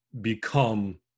become